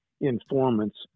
informants